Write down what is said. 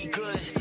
good